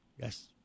Yes